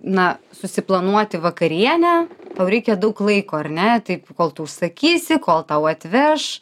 na susiplanuoti vakarienę tau reikia daug laiko ar ne taip kol tu užsisakysi kol tau atveš